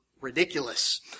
ridiculous